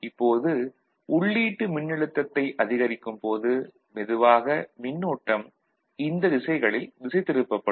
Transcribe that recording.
இப்போது உள்ளீட்டு மின்னழுத்தத்தை அதிகரிக்கும்போது மெதுவாக மின்னோட்டம் இந்த திசைகளில் திசை திருப்பப்படும்